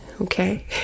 Okay